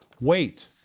Wait